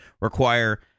require